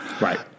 Right